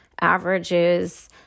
averages